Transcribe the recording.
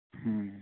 ହୁଁ ହୁଁ